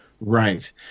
Right